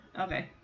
Okay